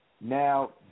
Now